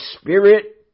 Spirit